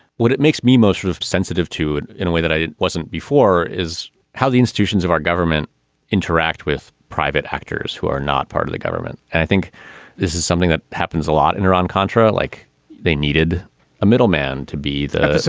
what it makes me most sort of sensitive to. and in a way that i wasn't before is how the institutions of our government interact with private actors who are not part of the government. and i think this is something that happens a lot in iran-contra. like they needed a middleman to be served. so